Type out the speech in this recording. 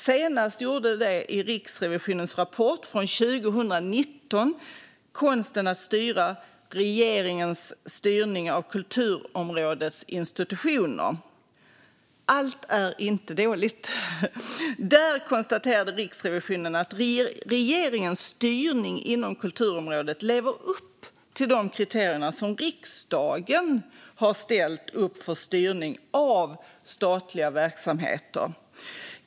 Senast gjordes det i Riksrevisionens rapport från 2019, Konsten att styra regeringens styrning av kulturområdets institutioner. Allt är inte dåligt. Där konstaterade Riksrevisionen att regeringens styrning inom kulturområdet lever upp till de kriterier som riksdagen har ställt upp för styrning av statliga verksamheter.